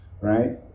right